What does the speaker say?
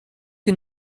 que